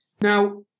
Now